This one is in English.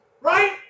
Right